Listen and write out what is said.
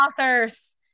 authors